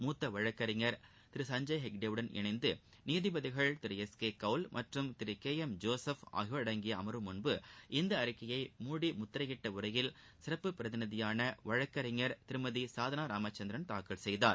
மூத்த வழக்கறிஞர் திரு சஞ்சய் ஹெக்டேவுடன் இணைந்து நீதிபதிகள் திரு எஸ் கே கவுல் மற்றும் திரு கே எம் ஜோசப் ஆகியோர் அடங்கிய அமர்வு முன்பு இந்த அறிக்கையை மூடி முத்திரையிட்ட உறையில் சிறப்பு பிரதிநிதியாள வழக்கறிஞர் திருமதி சாதளா ராமச்சந்திரன் தாக்கல் செய்தார்